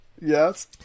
Yes